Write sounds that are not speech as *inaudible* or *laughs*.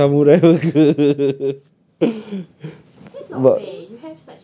tomorrow have samurai burger *laughs* but